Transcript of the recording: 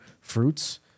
fruits